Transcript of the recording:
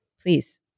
please